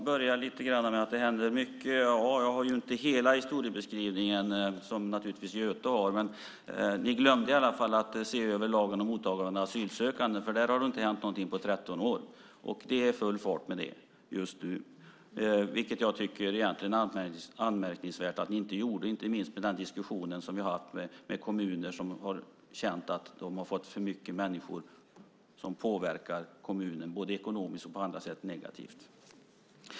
Fru talman! Det händer mycket. Jag har ju inte hela historiebeskrivningen så som Göte har. Ni glömde i alla fall att se över lagen om mottagande av asylsökande. Där har det inte hänt något på 13 år. Det är det full fart med just nu. Jag tycker att det är anmärkningsvärt att ni inte gjort något, inte minst med tanke på den diskussion vi har haft med kommuner som har känt att de har fått för många människor som påverkar kommunen negativt både ekonomiskt och på andra sätt.